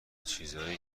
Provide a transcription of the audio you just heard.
چیزای